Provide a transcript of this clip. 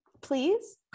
please